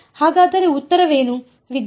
ಹಾಗಾದರೆ ಉತ್ತರವೇನು